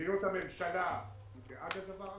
מדיניות הממשלה גאה בדבר הזה.